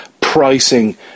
pricing